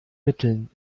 mitteln